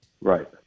Right